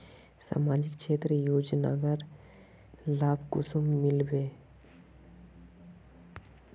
सामाजिक क्षेत्र योजनार लाभ कुंसम मिलबे?